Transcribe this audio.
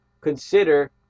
consider